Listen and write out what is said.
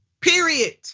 period